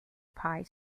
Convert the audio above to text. pie